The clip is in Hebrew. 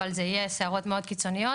אבל זה יהיה סערות מאוד קיצוניות,